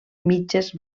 mitges